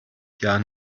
jahr